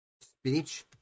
speech